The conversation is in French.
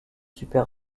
super